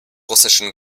russischen